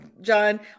John